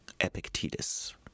Epictetus